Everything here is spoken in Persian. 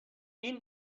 این